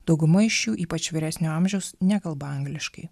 dauguma iš jų ypač vyresnio amžiaus nekalba angliškai